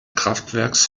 kraftwerks